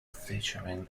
featuring